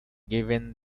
given